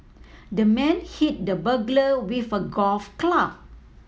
the man hit the burglar with a golf club